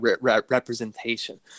representation